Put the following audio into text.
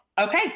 Okay